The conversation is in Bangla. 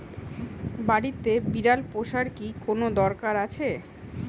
বাড়িতে বিড়াল পোষার কি কোন দরকার আছে?